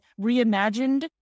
reimagined